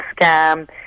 scam